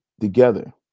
together